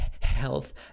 health